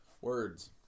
Words